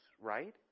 right